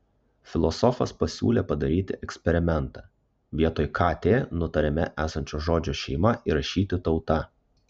filosofas pasiūlė padaryti eksperimentą vietoj kt nutarime esančio žodžio šeima įrašyti tauta